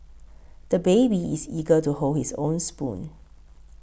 the baby is eager to hold his own spoon